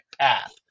path